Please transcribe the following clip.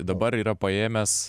dabar yra paėmęs